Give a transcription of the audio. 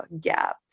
gaps